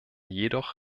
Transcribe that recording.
jedoch